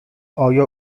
آیا